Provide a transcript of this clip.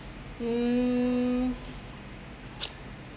um